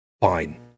fine